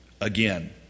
again